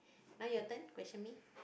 now your turn question me